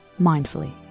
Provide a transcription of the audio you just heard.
mindfully